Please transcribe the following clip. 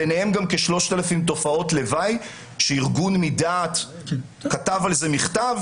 ביניהם גם כ-3,000 תופעות לוואי שארגון "מדעת" כתב על זה מכתב,